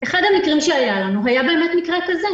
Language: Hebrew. אחד המקרים שהיה לנו, היה באמת מקרה כזה.